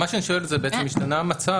מה שאני אומר זה שבעצם השתנה המצב,